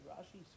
Rashi